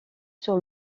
sur